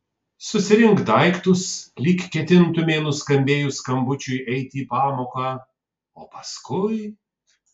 susirink daiktus lyg ketintumei nuskambėjus skambučiui eiti į pamoką o paskui